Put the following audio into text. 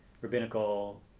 rabbinical